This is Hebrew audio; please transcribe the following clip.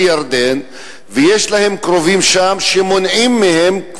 ירדן ויש להם קרובים שם שמונעים מהם,